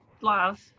love